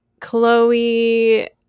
Chloe